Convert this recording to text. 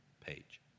page